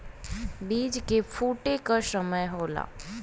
बीज के फूटे क समय होला